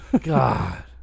God